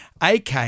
AK